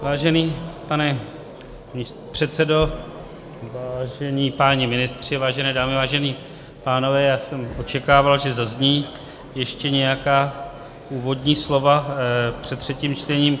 Vážený pane předsedo, vážení páni ministři, vážené dámy, vážení pánové, já jsem očekával, že zazní ještě nějaká úvodní slova před třetím čtením.